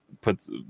puts